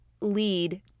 lead